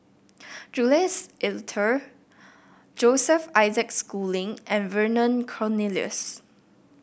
Jules Itier Joseph Isaac Schooling and Vernon Cornelius